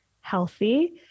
healthy